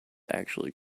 actually